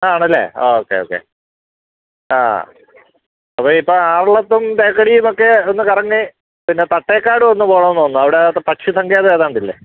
ആണല്ലേ okay okay ആ അപ്പോൾ ഇപ്പം ആറളത്തും തേക്കടിയും ഒക്കെ ഒന്ന് കറങ്ങി പിന്നെ തട്ടേക്കാടും ഒന്ന് പോകണമെന്നുണ്ട് അവിടെ പക്ഷി സങ്കേതം ഏതാണ്ടില്ലേ